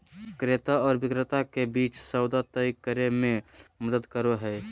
क्रेता आर विक्रेता के बीच सौदा तय करे में मदद करो हइ